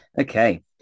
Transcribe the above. Okay